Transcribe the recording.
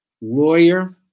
Lawyer